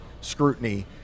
scrutiny